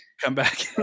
comeback